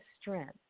strength